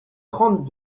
trente